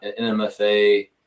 NMFA